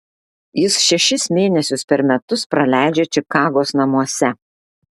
jis šešis mėnesius per metus praleidžia čikagos namuose